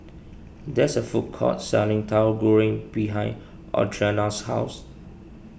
there's a food court selling Tauhu Goreng behind Audrina's house